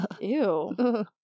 Ew